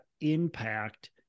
impact